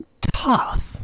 tough